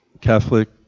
Catholic